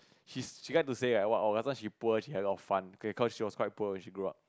she's she like to say like what last time she poor she had a lot of fun okay cause she was poor when she grew up